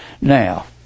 Now